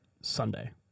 Sunday